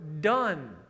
done